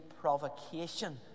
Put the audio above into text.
provocation